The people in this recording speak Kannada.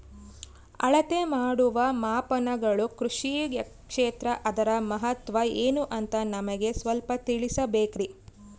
ಅಳತೆ ಮಾಡುವ ಮಾಪನಗಳು ಕೃಷಿ ಕ್ಷೇತ್ರ ಅದರ ಮಹತ್ವ ಏನು ಅಂತ ನಮಗೆ ಸ್ವಲ್ಪ ತಿಳಿಸಬೇಕ್ರಿ?